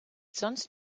sonst